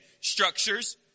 structures